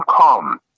come